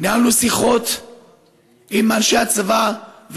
ניהלנו שיחות עם אנשי הצבא,